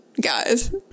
guys